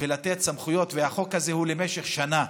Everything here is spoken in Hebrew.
ולתת סמכויות, והחוק הזה הוא למשך שנה,